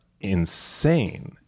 insane